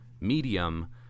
medium